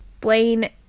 Blaine